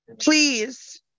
Please